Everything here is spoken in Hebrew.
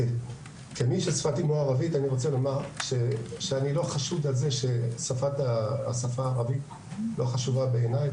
אני לא חשוד בזה שהשפה הערבית לא חשובה בעיניי,